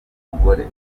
umugore